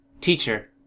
Teacher